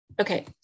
Okay